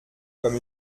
comme